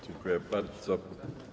Dziękuję bardzo.